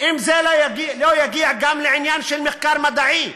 אם זה לא יגיע גם לעניין של מחקר מדעי.